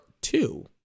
two